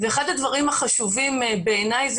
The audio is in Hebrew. אחד הדברים החשובים בעיניי,